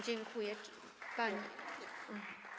Dziękuję panu.